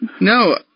No